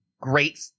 great